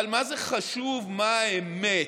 אבל מה זה חשוב מה האמת?